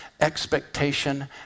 expectation